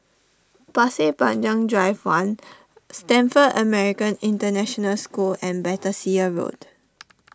Pasir Panjang Drive one Stamford American International School and Battersea Road